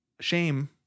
shame